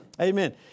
Amen